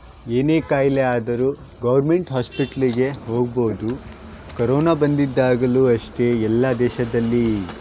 ಏನೇ ಕಾಯಿಲೆ ಆದರೂ ಗೌರ್ಮೆಂಟ್ ಹಾಸ್ಪಿಟ್ಲಿಗೆ ಹೋಗಬಹುದು ಕೊರೋನಾ ಬಂದಿದ್ದಾಗಲೂ ಅಷ್ಟೇ ಎಲ್ಲ ದೇಶದಲ್ಲಿ